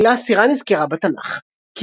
המילה "סירה" נזכרת בתנ"ך ”...